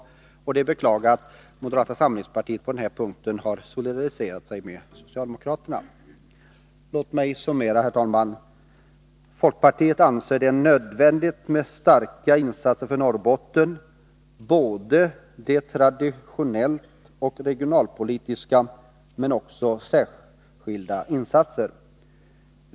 Det är att beklaga att moderata samlingspartiet på den här punkten har solidariserat sig med socialdemokraterna. Herr talman! Låt mig summera. Folkpartiet anser att det är nödvändigt med starka insatser för Norrbotten — de traditionellt regionalpolitiska, men också särskilda insatser.